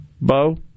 Bo